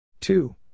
two